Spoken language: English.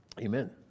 amen